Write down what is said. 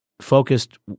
focused –